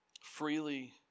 Freely